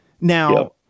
Now